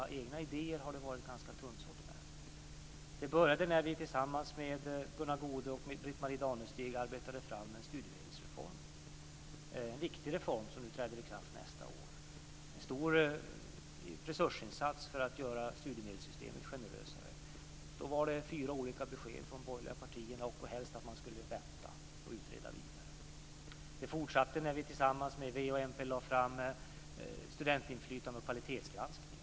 Men egna idéer har det varit ganska tunnsått med. Det började när vi tillsammans med Gunnar Goude och Britt-Marie Danestig arbetade fram en studiemedelsreform. Det är en viktig reform som träder i kraft nästa år. Det är en stor resursinsats för att göra studiemedelssystemet generösare. Då var det fyra olika besked från de borgerliga partierna, och helst skulle man vänta och utreda vidare. Det fortsatte när vi tillsammans med v och mp lade fram förslag om studentinflytande och kvalitetsgranskning.